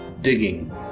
digging